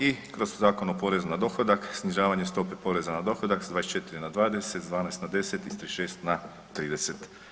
I kroz Zakon o porezu na dohodak snižavanje stope poreza na dohodak s 24 na 20, s 12 na 10 i s 36 na 30.